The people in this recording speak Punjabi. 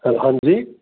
ਹੈਲੋ ਹਾਂਜੀ